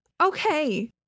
okay